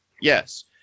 yes